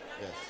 Yes